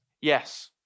Yes